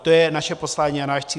To je naše poslání a náš cíl.